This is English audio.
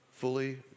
fully